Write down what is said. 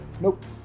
Nope